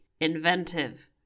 inventive